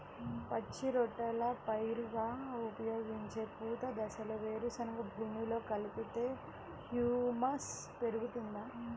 పచ్చి రొట్టెల పైరుగా ఉపయోగించే పూత దశలో వేరుశెనగను భూమిలో కలిపితే హ్యూమస్ పెరుగుతుందా?